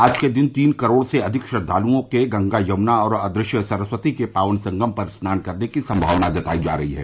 आज के दिन तीन करोड़ से अधिक श्रद्वालुओं के गंगा यमुना और अदृश्य सरस्वती के पावन संगम पर स्नान करने की सम्भावना जताई जा रही है